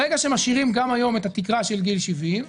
ברגע שמשאירים גם היום את התקרה של גיל 70,